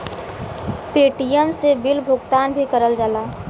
Paytm से bill भुगतान भी करल जाला